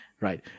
right